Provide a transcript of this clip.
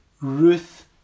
Ruth